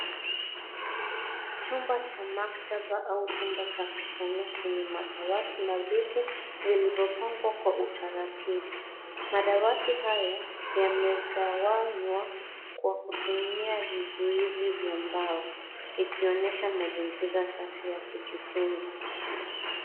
Chumba cha maktaba au chumba cha kusomea chenye madawati na viti vilivyopangwa kwa utaratibu. Madawati haya, yamegawanywa kwa kutumia vizuizi vya mbao, ikionyesha mazingira safi ya kujifunza.